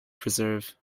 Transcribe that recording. preserve